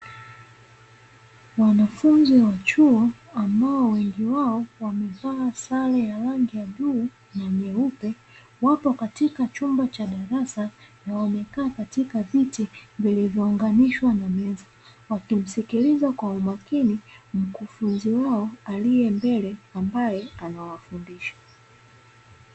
Wanafunzi wa chuo; ambao wengi wao wamevaa sare ya rangi ya bluu na nyeupe, wapo katika chumba cha darasa na wamekaa katika viti vilivyoanganishwa na meza; wakimsikiliza kwa umakini mkufunzi wao aliye mbele ambaye anawafundisha.